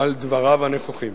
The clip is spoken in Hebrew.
על דבריו הנכוחים.